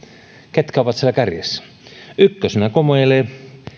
ketkä ovat siellä kärjessä ykkösenä komeilee